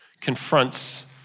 Confronts